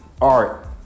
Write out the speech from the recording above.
art